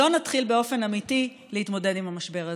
לא נתחיל באופן אמיתי להתמודד עם המשבר הזה.